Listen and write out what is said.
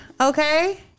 okay